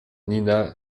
nina